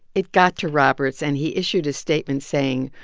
it got to roberts. and he issued a statement saying,